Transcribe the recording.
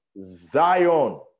Zion